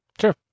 Sure